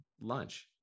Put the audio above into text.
lunch